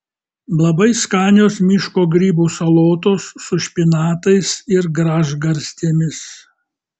labai skanios miško grybų salotos su špinatais ir gražgarstėmis